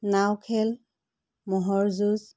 নাও খেল ম'হৰ যুঁজ